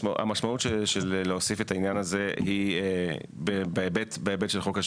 המשמעות של להוסיף את העניין הזה היא בהיבט של חוק השבות.